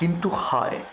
কিন্তু হায়